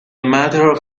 matter